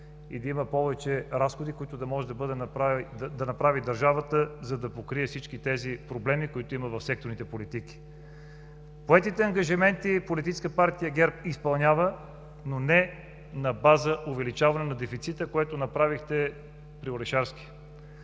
и да има повече разходи, които да може да направи държавата, за да покрие всички тези проблеми, които има в секторните политики. Поетите ангажименти Политическа партия ГЕРБ изпълнява, но не на база увеличаване на дефицита, което направихте при Орешарски.